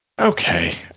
Okay